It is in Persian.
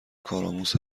کارآموز